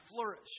flourish